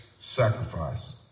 sacrifice